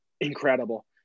incredible